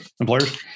employers